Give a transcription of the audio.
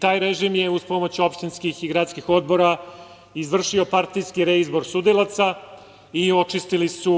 Taj režim je uz pomoć opštinskih gradskih odbora izvršio partijski reizbor sudilaca i očistili su